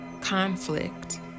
conflict